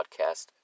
Podcast